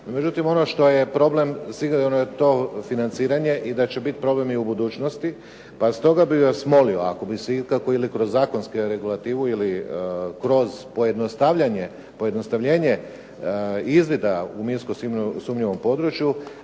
Međutim, ono što je problem, sigurno je to financiranje i da će biti problem i u budućnosti pa stoga bih vas molio ako bi se ikako ili kroz zakonsku regulativu ili kroz pojednostavljenje izvida u minsko sumnjivom području,